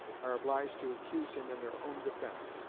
are obliged to accuse him in their own defence,